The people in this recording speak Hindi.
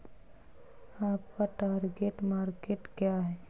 आपका टार्गेट मार्केट क्या है?